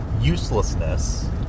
uselessness